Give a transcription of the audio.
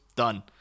Done